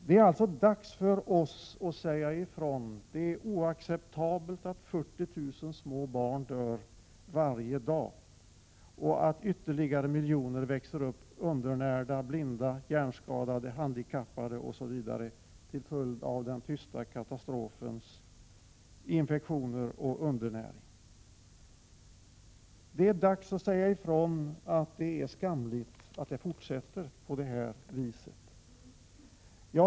Det är alltså dags för oss att säga ifrån att det är oacceptabelt att 40 000 små barn dör varje dag och att miljontals barn växer upp undernärda, blinda, hjärnskadade eller på annat sätt handikappade på grund av den tysta katastrofen —-infektioner och undernäring. Det är dags att säga ifrån att det är skamligt att det får fortsätta på det här viset.